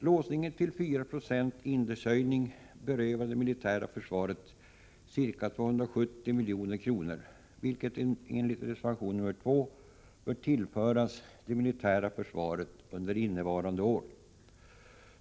Låsningen till 4 20 indexhöjning berövade det militära försvaret ca 270 milj.kr., vilket enligt reservation nr 2 bör tillföras det militära försvaret under innevarande budgetår.